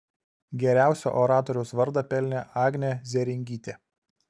geriausio oratoriaus vardą pelnė agnė zėringytė